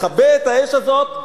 כבה את האש הזאת,